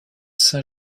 saint